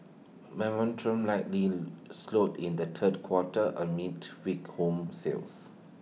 momentum likely slowed in the third quarter amid weak home sales